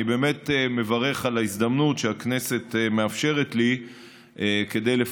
אני באמת מברך על ההזדמנות שהכנסת מאפשרת לי לפרט